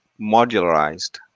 modularized